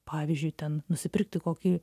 pavyzdžiui ten nusipirkti kokį